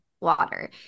water